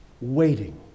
waiting